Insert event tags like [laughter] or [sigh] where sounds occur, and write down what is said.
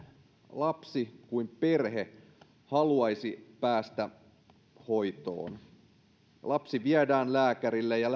lapsi kuin perhe haluaisi päästä hoitoon ja että lapsi viedään lääkärille ja [unintelligible]